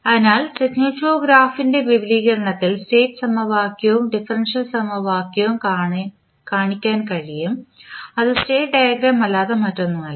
അതിനാൽ signal flow ഗ്രാഫിൻറെ വിപുലീകരണത്തിൽ സ്റ്റേറ്റ് സമവാക്യവും ഡിഫറൻഷ്യൽ സമവാക്യവും കാണിക്കാൻ കഴിയും അത് സ്റ്റേറ്റ് ഡയഗ്രംമല്ലാതെ മറ്റൊന്നുമല്ല